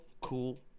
cool